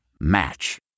Match